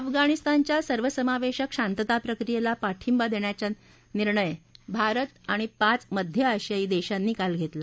अफगाणिस्तानाच्या सर्वसमावेशक शांतता प्रक्रियेला पाठिंबा देण्याचा निर्णय भारत आणि पाच मध्य आशियाई देशांनी काल घेतला